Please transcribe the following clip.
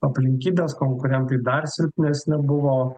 aplinkybės konkurentai dar silpnesni buvo